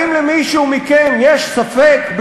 האם למישהו מכם יש ספק,